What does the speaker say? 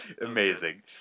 Amazing